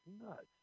nuts